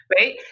right